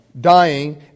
dying